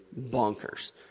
bonkers